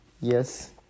yes